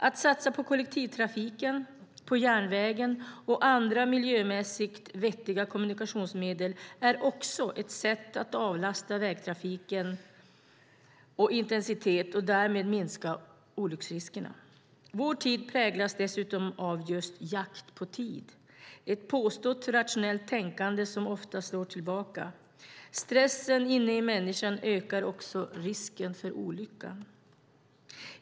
Att satsa på kollektivtrafiken, på järnvägen och på andra miljömässigt vettiga kommunikationsmedel, är också ett sätt att avlasta vägtrafiken intensitet och därmed minska olycksriskerna. Vår tid präglas dessutom av just jakt på tid, ett påstått rationellt tänkande som ofta slår tillbaka. Stressen inne i människan ökar också risken för olyckor.